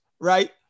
right